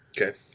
Okay